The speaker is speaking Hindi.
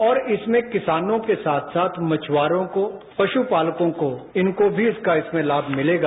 और इसमें किसानों के साथ साथ मछुआरों को पशुपालकों को इनको भी इसका लाम मिलेगा